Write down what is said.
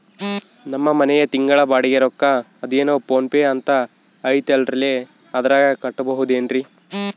ನಮ್ಮ ಮನೆಯ ತಿಂಗಳ ಬಾಡಿಗೆ ರೊಕ್ಕ ಅದೇನೋ ಪೋನ್ ಪೇ ಅಂತಾ ಐತಲ್ರೇ ಅದರಾಗ ಕಟ್ಟಬಹುದೇನ್ರಿ?